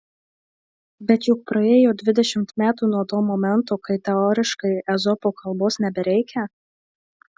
bet juk praėjo dvidešimt metų nuo to momento kai teoriškai ezopo kalbos nebereikia